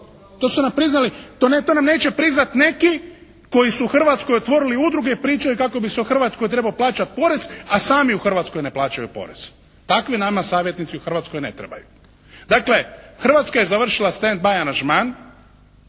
To su nam priznali, to nam neće priznat neki koji su u Hrvatskoj otvorili udruge i pričaju kako bi se u Hrvatskoj trebao plaćat porez a sami u Hrvatskoj ne plaćaju porez. Takvi nama savjetnici u Hrvatskoj ne trebaju. Dakle, Hrvatska je završila stand by aranžman